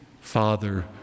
father